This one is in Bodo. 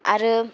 आरो